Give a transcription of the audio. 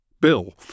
bill